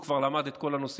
הוא כבר למד את כל הנושאים.